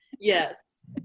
yes